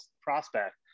prospect